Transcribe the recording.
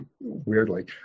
Weirdly